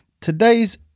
today's